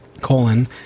colon